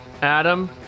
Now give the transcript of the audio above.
Adam